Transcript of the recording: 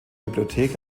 bibliothek